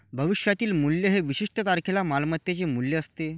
भविष्यातील मूल्य हे विशिष्ट तारखेला मालमत्तेचे मूल्य असते